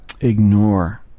ignore